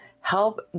Help